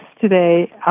today